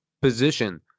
position